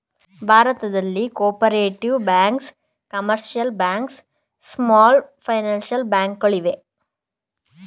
ಭಾರತದಲ್ಲಿ cooperative banks, commercial banks, small finance bank ಗಳು ಇವೆ